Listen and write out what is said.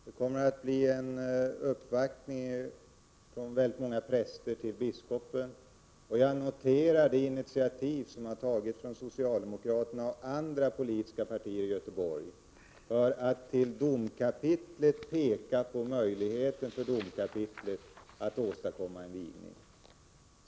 Det kommer att bli en uppvaktning från väldigt många präster till biskopen, och jag noterar de initiativ som har tagits av socialdemokraterna och andra politiska partier i Göteborg att hos domkapitlet peka på möjligheten för domkapitlet att åstadkomma en vigning.